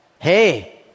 hey